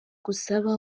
gusaba